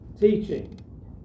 teaching